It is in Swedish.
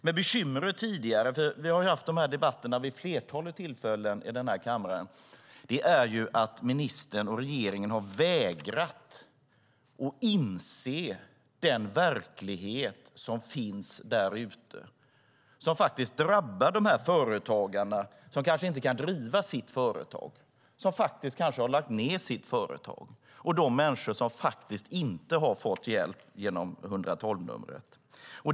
Men bekymret tidigare - vi har ju haft de här debatterna vid ett flertal tillfällen i denna kammare - är ju att ministern och regeringen har vägrat att inse den verklighet som finns där ute, som drabbar den företagare som kanske inte kan driva sitt företag och kanske har lagt ned sitt företag och de människor som inte har fått hjälp genom 112-numret.